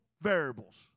variables